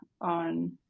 on